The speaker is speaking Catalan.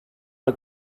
per